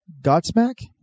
Godsmack